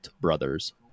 Brothers